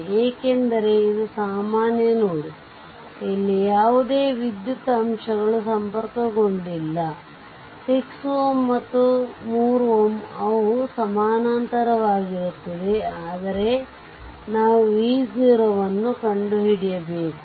ಏಕೆಂದರೆ ಇದು ಸಾಮಾನ್ಯ ನೋಡ್ ಇಲ್ಲಿ ಯಾವುದೇ ವಿದ್ಯುತ್ ಅಂಶಗಳು ಸಂಪರ್ಕಗೊಂಡಿಲ್ಲ ಆದ್ದರಿಂದ 6 Ω ಮತ್ತು 3 Ω ಅವು ಸಮಾನಾಂತರವಾಗಿರುತ್ತವೆ ಆದರೆ ನಾವು v 0 ಅನ್ನು ಕಂಡುಹಿಡಿಯಬೇಕು